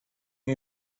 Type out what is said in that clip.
you